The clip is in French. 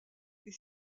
est